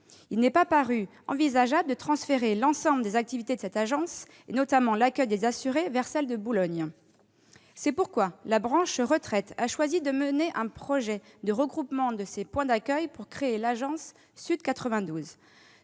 Il n'a pas paru envisageable de transférer l'ensemble des activités de cette agence, notamment l'accueil des assurés, vers celle de Boulogne-Billancourt. C'est pourquoi la branche retraite a choisi de mener un projet de regroupement de ces points d'accueil pour créer l'agence Sud-92.